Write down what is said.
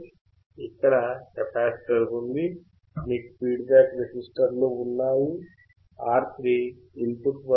ఇక్కడ కెపాసిటర్ ఉంది మీకు ఫీడ్ బ్యాక్ రెసిస్టర్లు ఉన్నాయి R3 ఇన్ పుట్ వద్ద ఉంది